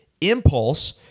impulse